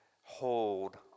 hold